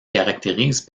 caractérise